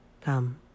Come